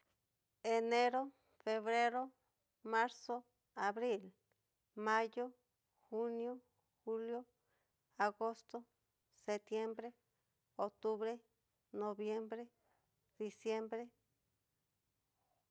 Enero, febrero, marzo, abril, mayó, junio, julio, agosto, septiembre, octubre, noviembre, diciembre,